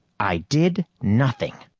i did nothing.